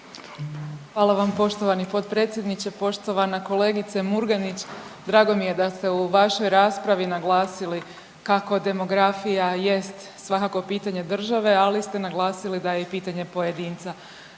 Hvala vam poštovani potpredsjedniče. Poštovana kolegice Murganić, drago mi je da ste u vašoj raspravi naglasili kako demografija jest svakako pitanje države, ali ste naglasili da je i pitanje pojedinca.